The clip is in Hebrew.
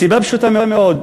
מסיבה פשוטה מאוד,